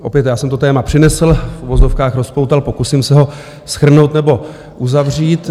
Já jsem to téma přinesl, v uvozovkách rozpoutal, pokusím se ho shrnout nebo uzavřít.